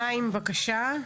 חיים, בבקשה.